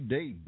Day